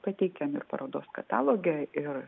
pateikiam ir parodos kataloge ir